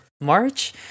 March